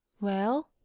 Well